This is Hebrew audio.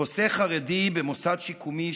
חוסה חרדי במוסד שיקומי,